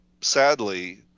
sadly